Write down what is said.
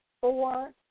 four